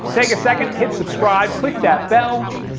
take a second, hit subscribe, click that bell,